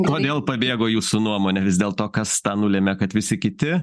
kodėl pabėgo jūsų nuomone vis dėlto kas tą nulėmė kad visi kiti